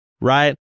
right